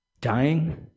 Dying